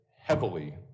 heavily